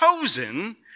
chosen